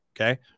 Okay